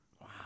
Wow